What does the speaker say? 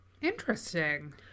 Interesting